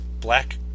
black